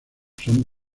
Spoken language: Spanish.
son